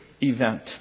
event